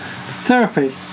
therapy